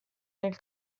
nel